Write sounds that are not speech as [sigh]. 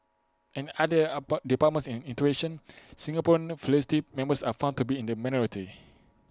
and other [unintelligible] departments and institutions Singaporean faculty members are found to be in the minority